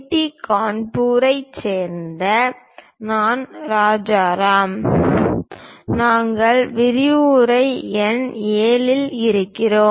D கரக்பூரைச் சேர்ந்த நான் ராஜராம் நாங்கள் விரிவுரை எண் 7 இல் இருக்கிறோம்